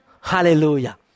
Hallelujah